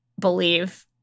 believe